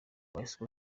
ecosse